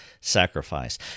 sacrifice